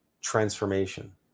transformation